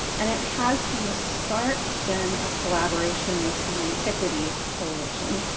and it has from the start been a collaboration with the antiquities coalition,